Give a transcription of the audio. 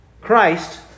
Christ